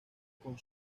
con